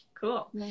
cool